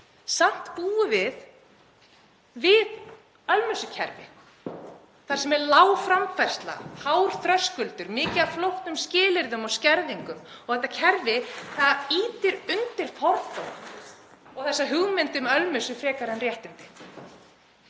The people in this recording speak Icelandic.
Samt búum við við ölmusukerfi þar sem er lág framfærsla, hár þröskuldur, mikið af flóknum skilyrðum og skerðingum. Þetta kerfi ýtir undir fordóma og þessa hugmynd um ölmusu frekar en réttindi.